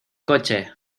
coche